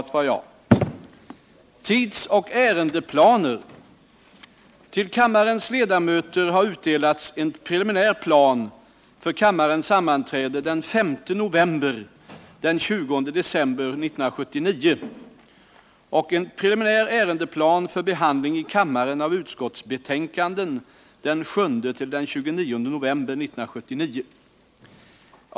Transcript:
Till kammarens ledamöter har utdelats en preliminär plan för kammarens sammanträden den 5 november — den 20 december 1979 och en preliminär ärendeplan för behandling i kammaren av utskottsbetänkanden den 7 — den 29 november 1979.